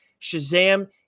Shazam